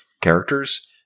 characters